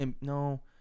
No